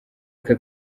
aka